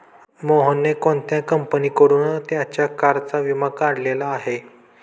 मोहनने कोणत्या कंपनीकडून त्याच्या कारचा विमा काढलेला आहे?